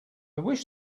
wish